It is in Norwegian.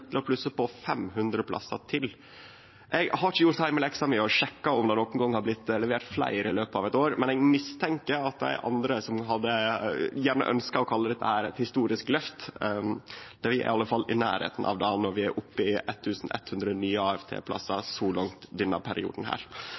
til å plusse på 500 plassar til. Eg har ikkje gjort heimeleksa mi og sjekka om det nokon gong har blitt levert fleire i løpet av eit år, men eg mistenkjer at det er andre som gjerne hadde ønskt å kalle dette eit historisk løft – vi er i alle fall i nærleiken av det når vi er oppe i 1 100 nye AFT-plassar så langt i denne perioden.